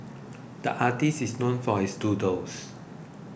the artist is known for his doodles